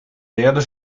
derde